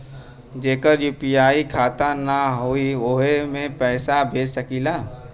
जेकर यू.पी.आई खाता ना होई वोहू के हम पैसा भेज सकीला?